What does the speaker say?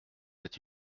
êtes